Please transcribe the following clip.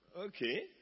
okay